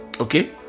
Okay